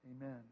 Amen